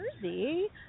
Jersey